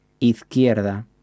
izquierda